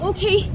Okay